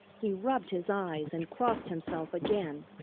he rubbed his eyes and crossed himself again.